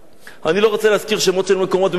אני לא רוצה להזכיר שמות של מקומות במדינת ישראל,